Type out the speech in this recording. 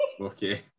Okay